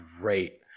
great